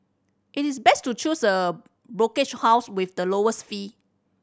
it is best to choose a brokerage house with the lowest fee